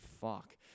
fuck